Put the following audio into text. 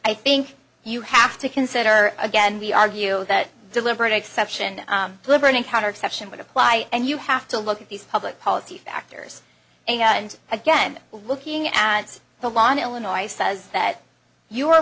i think you have to consider again we argue that deliberate exception deliberate encounter exception would apply and you have to look at these public policy factors and again looking at the lawn illinois says that you are